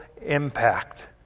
impact